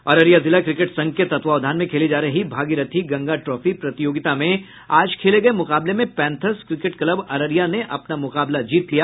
अररिया जिला क्रिकेट संघ के तत्वावधान में खेली जा रही भागीरथी गंगा ट्रॉफी प्रतियोगिता में आज खेले गये मुकाबले में पैंथर्स क्रिकेट क्लब अररिया ने अपना मैच जीत लिया